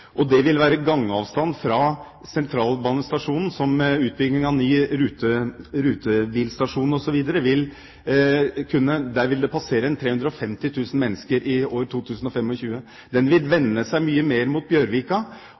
Det vil være gangavstand fra Sentralstasjonen, og der vil det – med utbygging av ny rutebilstasjon osv. – passere rundt 350 000 mennesker i år 2025. Den vil vende seg mye mer mot Bjørvika.